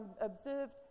observed